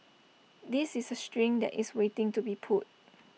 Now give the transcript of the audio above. this is A string that is waiting to be pulled